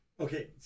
Okay